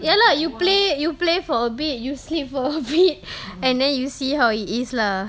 ya lah you play you play for a bit you sleep for a bit and then you see how it is lah